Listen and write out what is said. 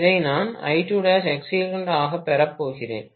இதை நான் ஆகப் பெறப் போகிறேன்